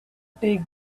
take